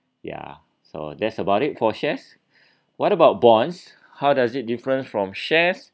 ya so that's about it for shares what about bonds how is it different from shares